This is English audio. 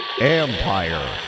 Empire